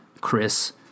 chris